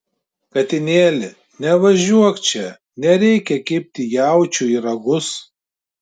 katinėli nevažiuok čia nereikia kibti jaučiui į ragus